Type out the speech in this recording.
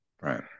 Right